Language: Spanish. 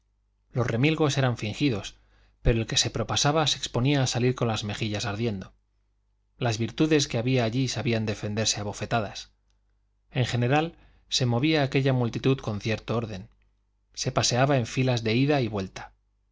los remilgos eran fingidos pero el que se propasaba se exponía a salir con las mejillas ardiendo las virtudes que había allí sabían defenderse a bofetadas en general se movía aquella multitud con cierto orden se paseaba en filas de ida y vuelta